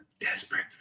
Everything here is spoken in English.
desperate